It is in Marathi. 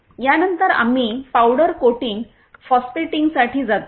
यानंतर आम्ही पावडर कोटिंग फॉस्फेटिंगसाठी जातो